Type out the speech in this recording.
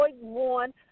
one